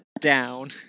down